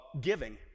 giving